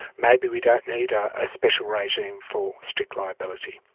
maybe we don't need a special regime for strict liability.